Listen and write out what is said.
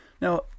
Now